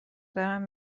دارم